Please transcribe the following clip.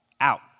out